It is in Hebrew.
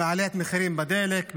מחירים בדלק,